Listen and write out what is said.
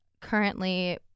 currently